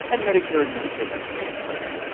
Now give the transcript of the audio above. and medicare and medicaid would stay in place.